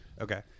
Okay